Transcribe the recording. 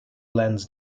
lens